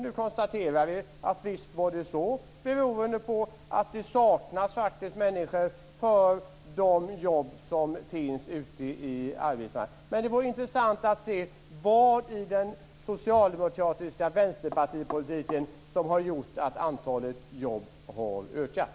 Nu konstaterar vi att visst är det så, beroende på att det faktiskt saknas människor för de jobb som finns på arbetsmarknaden. Men det vore intressant att se vad i den socialdemokratiska vänsterpartipolitiken som har gjort att antalet jobb har ökat.